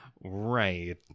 Right